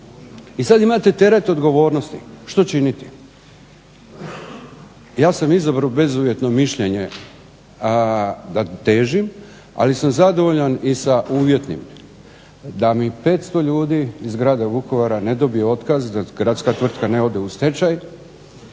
I sad imate teret odgovornosti što činiti. Ja sam izabrao bezuvjetno mišljenje da težim, ali sam zadovoljan i sa uvjetnim, da mi 500 ljudi iz grada Vukovara ne dobije otkaz, da gradska tvrtka ne ode u stečaj.